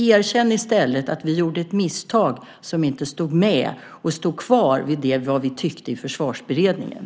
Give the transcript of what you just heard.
Erkänn i stället att vi gjorde ett misstag som inte stod kvar vid vad vi tyckte i Försvarsberedningen.